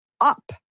up